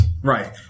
Right